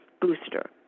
Booster